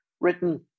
written